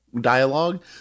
dialogue